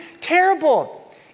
terrible